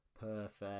Perfect